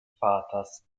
vaters